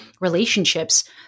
relationships